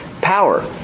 power